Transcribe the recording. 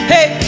Hey